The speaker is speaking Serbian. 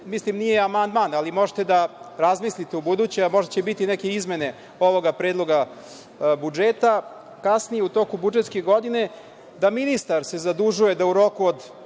mislim nije amandman, ali možete da razmislite ubuduće, a možda će biti neke izmene ovoga Predloga budžeta, kasnije u toku budžetske godine, da ministar se zadužuje da u roku od